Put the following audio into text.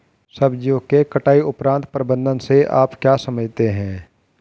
सब्जियों के कटाई उपरांत प्रबंधन से आप क्या समझते हैं?